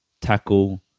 tackle